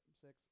Six